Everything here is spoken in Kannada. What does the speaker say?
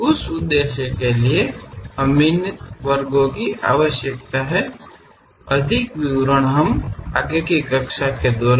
ಆ ಉದ್ದೇಶಕ್ಕಾಗಿ ನಮಗೆ ಈ ವಿಭಾಗಗಳು ಬೇಕಾಗುತ್ತವೆ ಹೆಚ್ಚಿನ ವಿವರಗಳನ್ನು ನಾವು ತರಗತಿಯ ಸಮಯದಲ್ಲಿ ಕಲಿಯೋಣ